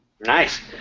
Nice